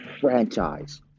franchise